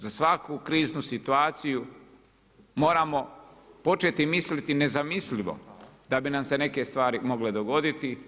Za svaku kriznu situaciju moramo početi misliti nezamislivo da bi nam se neke stvari mogle dogoditi.